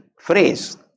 phrase